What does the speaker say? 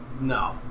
No